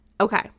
Okay